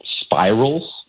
spirals